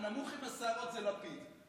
הנמוך עם השערות זה לפיד.